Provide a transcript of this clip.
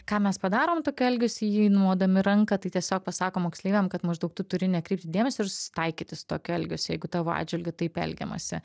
ką mes padarom tokiu elgesiu jį numodami ranka tai tiesiog pasakom moksleiviam kad maždaug tu turi nekreipti dėmesio ir susitaikyti su tokiu elgesiu jeigu tavo atžvilgiu taip elgiamasi